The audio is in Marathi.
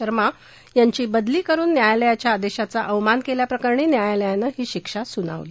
शर्मा यांची बदली करुन न्यायालयाच्या आदेशाचा अवमान केल्याप्रकरणी न्यायालयानं ही शिक्षा सुनावली